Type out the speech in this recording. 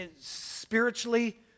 spiritually